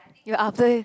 yo after